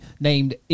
named